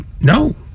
No